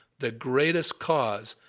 the greatest cause,